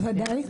בוודאי.